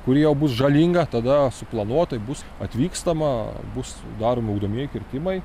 kuri jau bus žalinga tada suplanuotai bus atvykstama bus daroma ugdomieji kirtimai